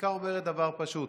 החקיקה אומרת דבר פשוט: